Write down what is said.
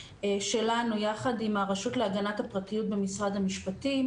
שלנו יחד עם הרשות להגנת הפרטיות במשרד המשפטים,